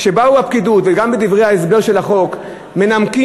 שבאה הפקידות וגם בדברי ההסבר של החוק מנמקים